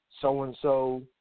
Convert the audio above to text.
so-and-so